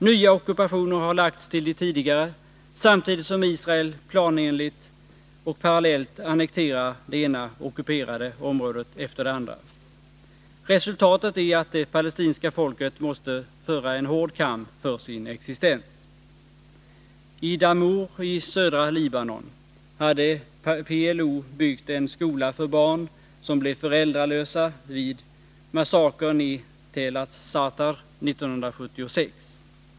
Nya ockupationer har lagts till de tidigare, samtidigt som Israel planenligt annekterar det ena ockuperade området efter det andra. Resultatet är att det palestinska folket måste föra en hård kamp för sin existens. I Damour i södra Libanon hade PLO byggt en skola för barn som blev föräldralösa vid massakern i Tell az-Zatar 1976.